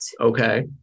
Okay